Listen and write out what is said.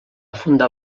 fundar